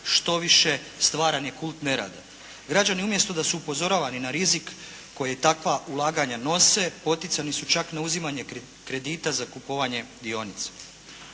štoviše stvaranje … /Ne razumije se./ … Građani umjesto da su upozoravani na rizik koji takva ulaganja nosi, poticani su čak na uzimanje kredita za kupovanje dionica.